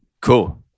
Cool